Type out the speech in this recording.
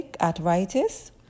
Arthritis